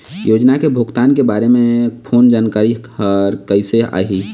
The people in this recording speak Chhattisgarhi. योजना के भुगतान के बारे मे फोन जानकारी हर कइसे आही?